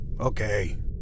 Okay